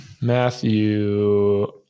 Matthew